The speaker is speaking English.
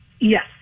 Yes